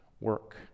work